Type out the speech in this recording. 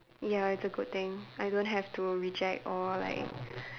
ya it's a good thing I don't have to reject or like